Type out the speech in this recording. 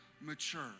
mature